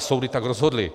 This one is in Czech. Soudy tak rozhodly.